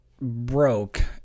broke